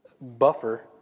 buffer